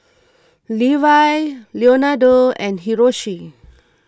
Levi Leonardo and Hiroshi